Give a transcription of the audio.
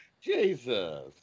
Jesus